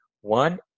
One